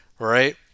right